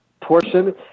portion